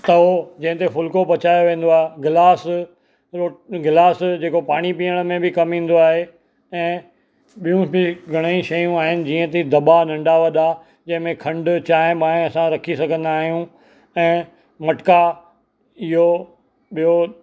तओं जंहिं ते फुलिको पचायो वेंदो आहे ग्लास ग्लास जेको पाणी पीअण में बि कमु ईंदो आहे ऐं ॿियूं बि घणेई शयूं आहिनि जीअं त दॿा नंढा वॾा जंहिं में खंडु चांहि वांहि असां रखी सघंदा आहियूं ऐं मटका इहो ॿियो